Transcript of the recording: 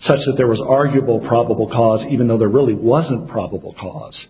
such that there was arguable probable cause even though there really wasn't probable cause